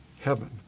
heaven